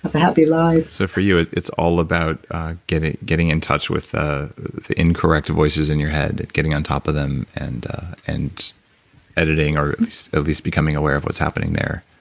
a happy life so for you it's all about getting getting in touch with ah the incorrect voices in your head, getting on top of them, and and editing or at least becoming aware of what's happening there?